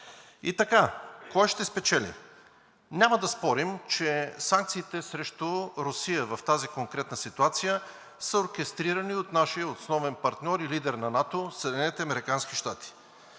И така – кой ще спечели? Няма да спорим, че санкциите срещу Русия в тази конкретна ситуация са оркестрирани от нашия основен партньор и лидер на НАТО –